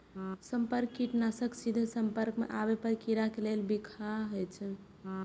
संपर्क कीटनाशक सीधे संपर्क मे आबै पर कीड़ा के लेल बिखाह होइ छै